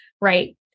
right